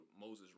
Moses